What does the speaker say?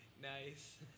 Nice